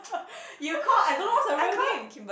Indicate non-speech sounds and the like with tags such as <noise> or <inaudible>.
<noise> you call I don't know what's her real name